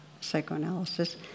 psychoanalysis